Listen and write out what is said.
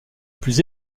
plus